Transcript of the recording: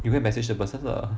you go and message the person lah